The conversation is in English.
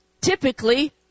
Typically